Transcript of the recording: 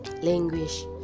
language